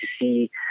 see